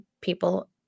people